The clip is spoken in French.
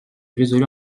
résolu